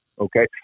okay